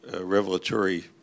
revelatory